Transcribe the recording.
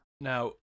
Now